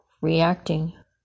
reacting